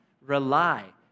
rely